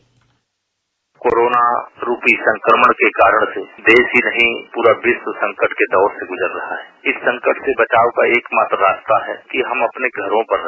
bite corona रूपी संक्रमण के कारण देश ही नहीं प्ररा विश्व संकट के दौर से गुजर रहा हैं इस संकट से बचाव का एकमात्र रास्ता है कि हम अपने घरों पे रहे